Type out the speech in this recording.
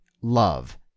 Love